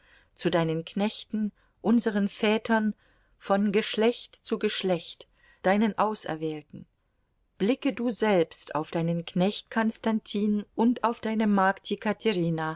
zu deinen knechten unseren vätern von geschlecht zu geschlecht deinen auserwählten blicke du selbst auf deinen knecht konstantin und auf deine magd